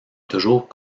toujours